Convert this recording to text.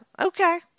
Okay